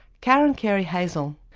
karen carey hazell,